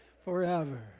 forever